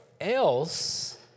else